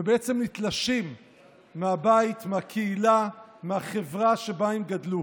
ובעצם נתלשים מהבית, מהקהילה, מהחברה שבה הם גדלו.